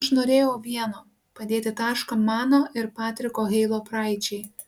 aš norėjau vieno padėti tašką mano ir patriko heilo praeičiai